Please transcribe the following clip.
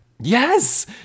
Yes